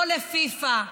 לא לפיפ"א,